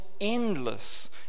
endless